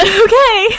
okay